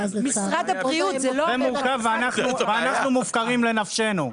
זה מורכב, ואנחנו מופקרים לנפשנו.